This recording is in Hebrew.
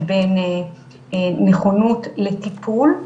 היא בין נכונות לטיפול,